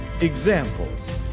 examples